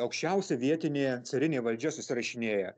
aukščiausia vietinė carinė valdžia susirašinėja